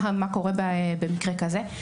מה קורה במקרה כזה?